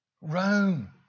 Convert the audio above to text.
Rome